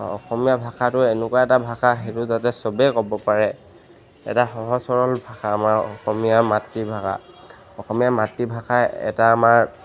অসমীয়া ভাষাটো এনেকুৱা এটা ভাষা সেইটো যাতে চবেই ক'ব পাৰে এটা সহজ সৰল ভাষা আমাৰ অসমীয়া মাতৃভাষা অসমীয়া মাতৃভাষা এটা আমাৰ